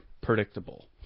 predictable